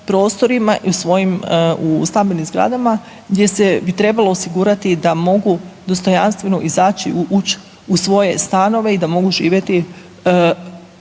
i u svojim u stambenim zgradama, gdje se bi trebalo osigurati da mogu dostojanstveno izaći i ući u svoje stanove i da mogu živjeti